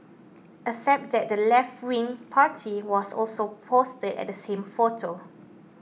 except that the leftwing party was also posted at the same photo